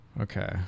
Okay